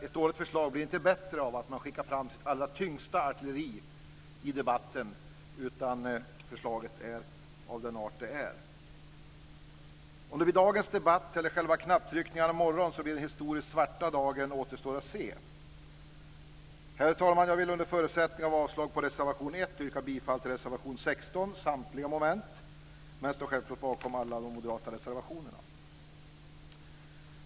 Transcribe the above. Ett dåligt förslag blir inte bättre av att man skickar fram sitt allra tyngsta artilleri i debatten, utan förslaget är av den art det är. Om det blir dagens debatt eller själva knapptryckningarna i morgon som blir den historiskt svarta dagen återstår att se. Herr talman! Jag vill under förutsättning av avslag på reservation 1 yrka bifall till reservation 16 under mom. 20, 21, 22, 23, 24, 25, 26, 28, 29 och 31. Jag står självklart bakom alla de moderata reservationerna.